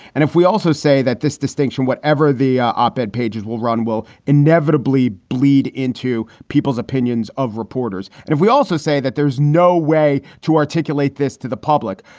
and if we also say that this distinction, whatever the op ed pages will run, will inevitably bleed into people's opinions of reporters. and if we also say that there's no way to articulate this to the public,